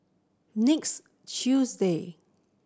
next Tuesday